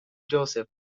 joseph